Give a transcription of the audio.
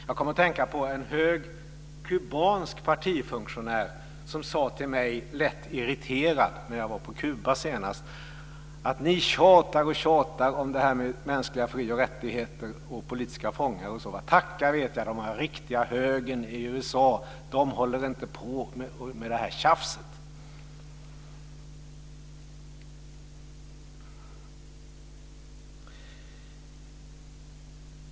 Jag kom att tänka på en hög kubansk partifunktionär, som lätt irriterat sade till mig när jag senast var på Kuba: Ni tjatar och tjatar om det här med mänskliga fri och rättigheter och politiska fångar! Tacka vet jag den riktiga högern i USA! Den håller inte på med det här tjafset.